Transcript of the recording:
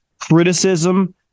criticism